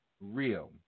real